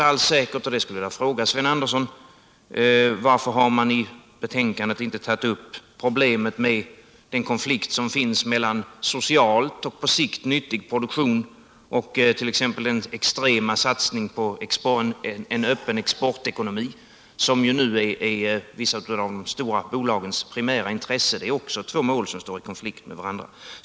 Jag skulle vilja fråga Sven ".ndersson: Varför har utskottet i sitt betänkande inte tagit upp den konflikt som finns mellan socialt och på sikt nyttig produktion och t.ex. den extrema satsning på en öppen exportekonomi som ju nu är vissa av de stora bolagens primära intresse? Det är två mål som står i strid med varandra.